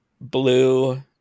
Blue